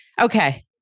Okay